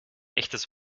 echtes